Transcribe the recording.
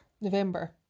November